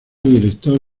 director